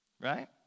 Right